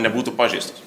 nebūtų pažeistos